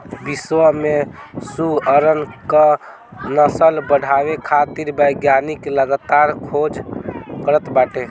विश्व में सुअरन क नस्ल बढ़ावे खातिर वैज्ञानिक लगातार खोज करत बाटे